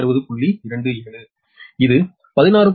27 இது 16